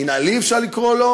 מינהלי אפשר לקרוא לו,